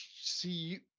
See